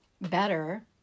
better